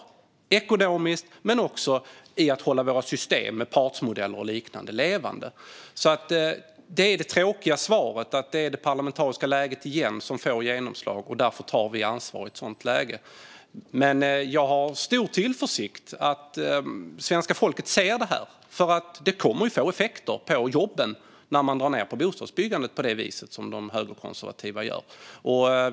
Det gäller ekonomiskt men också för att hålla våra system med partsmodeller och liknande levande. Det är det tråkiga svaret. Det är igen det parlamentariska läget som får genomslag. I ett sådant läge tar vi ansvar. Men jag har stor tillförsikt att svenska folket ser att det kommer att få effekter på jobben när man drar ned på bostadsbyggandet på det viset som de högerkonservativa föreslår.